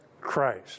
Christ